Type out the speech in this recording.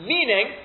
Meaning